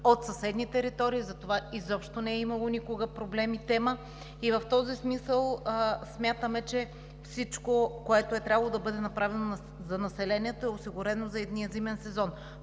от съседни територии, затова изобщо не е имало никога проблем и тема. В този смисъл смятаме, че всичко, което е трябвало да бъде направено за населението, е осигурено за идния зимен сезон.